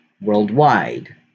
worldwide